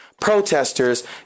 protesters